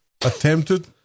attempted